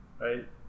right